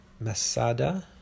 Masada